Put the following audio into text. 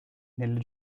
nelle